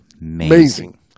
amazing